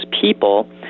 people—